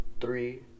three